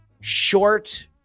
short